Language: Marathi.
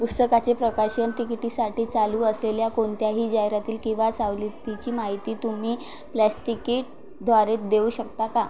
पुस्तकाचे प्रकाशन तिकिटीसाठी चालू असलेल्या कोणत्याही जाहिराती किंवा सवलतीची माहिती तुम्ही प्लॅस्टिकीट द्वारे देऊ शकता का